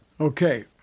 Okay